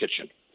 kitchen